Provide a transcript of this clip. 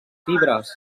fibres